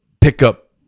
pickup